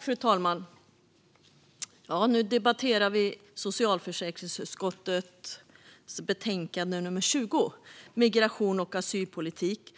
Fru talman! Nu debatterar vi socialförsäkringsutskottets betänkande SfU20 Migration och asylpolitik .